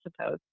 suppose